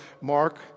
Mark